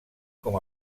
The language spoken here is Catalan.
com